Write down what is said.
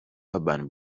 urban